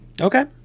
Okay